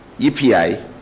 EPI